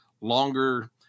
longer